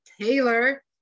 Taylor